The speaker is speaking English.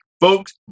Folks